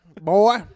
boy